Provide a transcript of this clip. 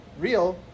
real